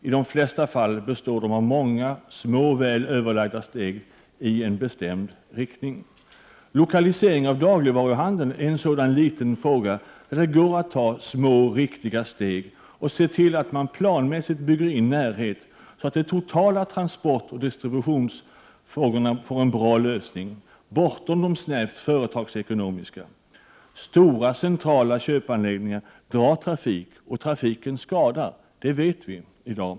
I de flesta fall består de av många, små och väl överlagda steg i en bestämd riktning. Lokalisering av dagligvaruhandeln är en sådan liten fråga där det går att ta små, riktiga steg och se till att man planmässigt bygger in närhet så, att de totala transportoch distributionsfrågorna får en bra lösning bortom de snävt företagsekonomiska. Stora, centrala köpanläggningar drar trafik och trafiken åstadkommer skada — det vet vi i dag.